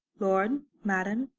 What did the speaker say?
lord, madam,